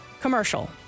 Commercial